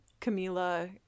camila